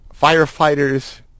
firefighters